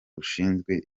rushinzwe